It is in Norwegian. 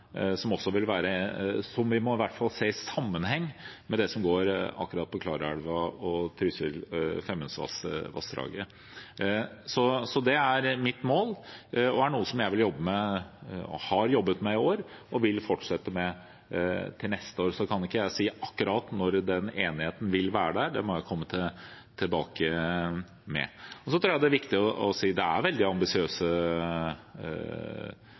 som vi i hvert fall må se i sammenheng med det som går akkurat på Klarälven og Trysil- og Femundvassdraget. Det er mitt mål og noe jeg har jobbet med i år, og vil fortsette med til neste år. Men jeg kan ikke si akkurat når den enigheten vil være der, det må jeg komme tilbake til. Så tror jeg det er viktig å si at det er veldig ambisiøse